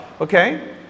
Okay